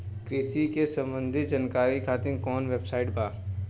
कृषि से संबंधित जानकारी खातिर कवन वेबसाइट बा?